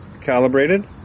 calibrated